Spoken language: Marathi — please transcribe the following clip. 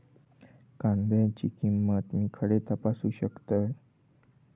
कांद्याची किंमत मी खडे तपासू शकतय?